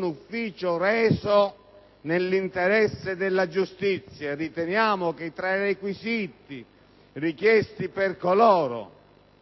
ufficio reso nell'interesse della giustizia. Riteniamo che tra i requisiti richiesti per coloro